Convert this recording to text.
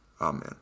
Amen